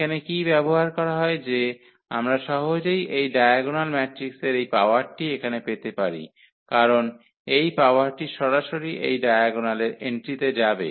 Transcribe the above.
এখানে কী ব্যবহার হয় যে আমরা সহজেই এই ডায়াগোনাল ম্যাট্রিক্সের এই পাওয়ারটি এখানে পেতে পারি কারণ এই পাওয়ারটি সরাসরি এই ডায়াগোনালের এন্ট্রিতে যাবে